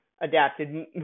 adapted